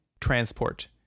transport